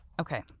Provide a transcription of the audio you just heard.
Okay